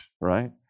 right